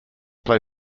play